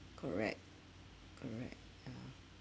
correct correct yeah